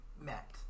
met